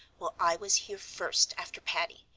well, i was here first after patty,